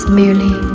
merely